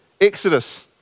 Exodus